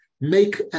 make